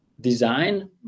design